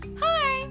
hi